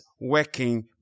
working